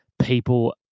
people